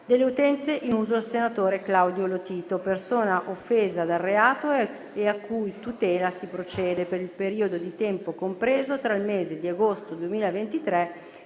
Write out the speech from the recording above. delle utenze in uso al senatore Claudio Lotito, persona offesa dal reato e a cui tutela si procede, per il periodo di tempo compreso tra il mese di agosto 2023 e il giorno